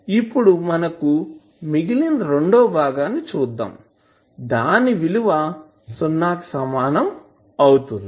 ఇప్పుడు మనకు మిగిలిన రెండవ భాగాన్ని చూద్దాం దాని విలువ సున్నా కి సమానం అవుతుంది